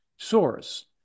source